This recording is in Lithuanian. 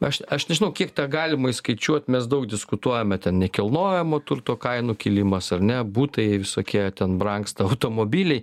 aš aš nežinau kiek tą galima išskaičiuoti mes daug diskutuojame ten nekilnojamo turto kainų kilimas ar ne butai visokie ten brangsta automobiliai